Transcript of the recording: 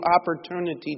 opportunity